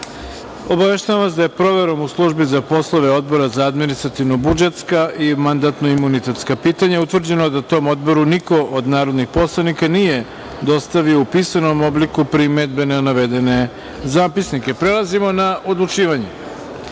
sednica. Obaveštavam vas da je proverom u Službi za poslove Odbora za administrativno budžetska i mandatno imunitetska pitanja utvrđeno da tom Odboru niko od narodnih poslanika nije dostavio u pisanom obliku primedbe na navedene zapisnike. Prelazimo na odlučivanje. Stavljam